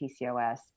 PCOS